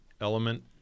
element